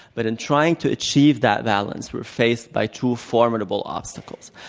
but, in trying to achieve that balance, we're faced by two formidable obstacles.